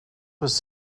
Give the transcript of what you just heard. was